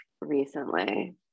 recently